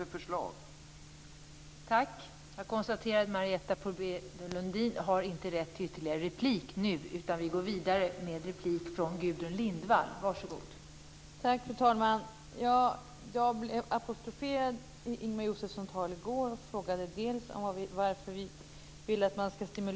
Vilka förslag är det?